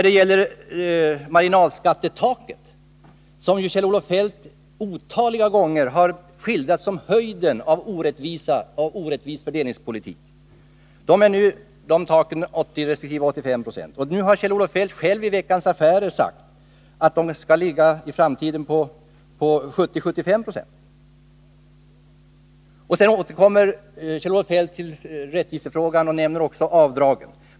Beträffande marginalskattetaket, som Kjell-Olof Feldt otaliga gånger har sagt är höjden av orättvis fördelningspolitik, kan jag nämna att detta tak nu är uppe i 80-85 96. Kjell-Olof Feldt har i Veckans Affärer själv sagt att marginalskattetaket bör ligga vid 70-75 96. Sedan återkom Kjell-Olof Feldt till rättvisefrågan och talade om avdragen.